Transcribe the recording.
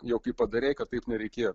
jog jei padarei kad taip nereikėjo